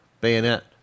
bayonet